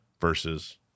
versus